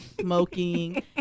smoking